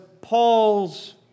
Paul's